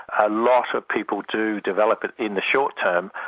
a lot of people do develop it in the short term.